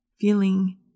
feeling